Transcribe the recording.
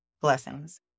Blessings